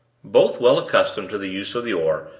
both well accustomed to the use of the oar,